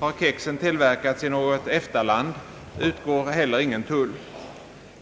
Har kexen till verkats i ett EFTA land, utgår heller ingen tull.